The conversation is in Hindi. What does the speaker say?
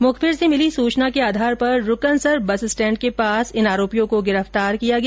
मुखबीर से मिली सूचना के आधार पर रुकनसर बस स्टैंड के पास इन आरोपियों को गिरफ्तार किया गया